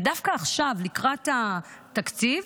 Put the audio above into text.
ודווקא עכשיו לקראת התקציב,